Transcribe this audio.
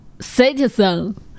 citizen